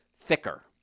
thicker